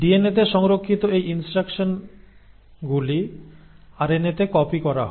ডিএনএতে সংরক্ষিত এই ইন্সট্রাকশন গুলি আরএনএতে কপি করা হয়